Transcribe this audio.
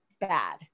bad